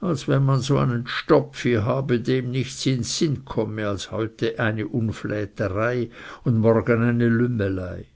als wenn man so einen stopfi habe dem nichts in sinn komme als heute eine unfläterei und morgen eine lümmelei